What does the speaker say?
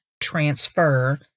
transfer